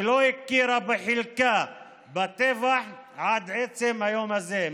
שלא הכירה בחלקה בטבח עד עצם היום הזה.